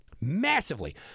massively